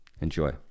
Enjoy